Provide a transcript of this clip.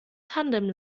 tandem